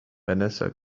vanessa